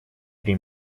три